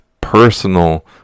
personal